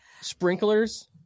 sprinklers